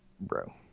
bro